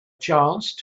chance